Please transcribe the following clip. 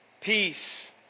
peace